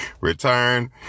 return